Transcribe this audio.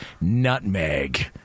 nutmeg